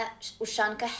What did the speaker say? Ushanka